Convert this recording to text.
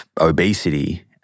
obesity